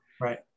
Right